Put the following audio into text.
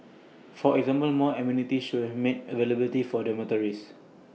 for example more amenities should be made available at dormitories